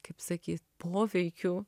kaip sakyt poveikių